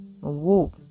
whoa